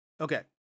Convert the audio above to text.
Okay